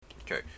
Okay